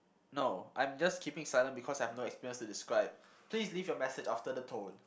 no I'm just keeping silent because I have no experience to describe please leave your message after the tone